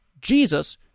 Jesus